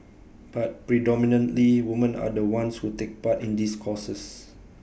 but predominantly women are the ones who take part in these courses